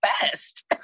best